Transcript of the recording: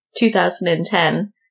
2010